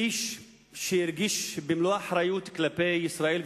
איש שהרגיש במלוא האחריות כלפי ישראל,